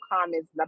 comments